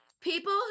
People